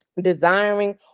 desiring